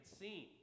seen